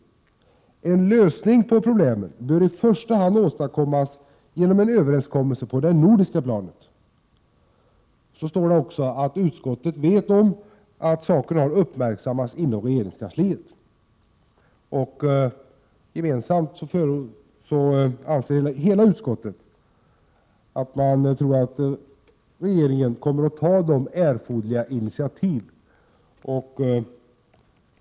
En lösning på problemen bör i första hand åstadkommas genom en överenskommelse på det nordiska planet.” Så står det att utskottet vet om att saken har uppmärksammats inom regeringskansliet, och ett enigt utskott förutsätter att regeringen kommer att ta erforderliga initiativ.